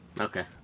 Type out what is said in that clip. okay